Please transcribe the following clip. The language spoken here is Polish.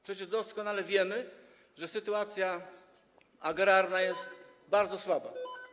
Przecież doskonale wiemy, że sytuacja agrarna jest bardzo słaba.